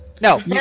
No